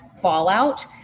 fallout